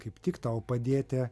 kaip tik tau padėti